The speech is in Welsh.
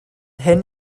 hyn